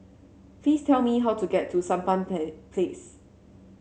please tell me how to get to Sampan Pla Place